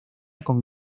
con